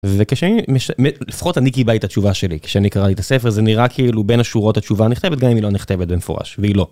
לפחות אני קיבלתי את התשובה שלי כשאני קראתי את הספר זה נראה כאילו בין השורות התשובה נכתבת גם אם היא לא נכתבת במפורש, והיא לא.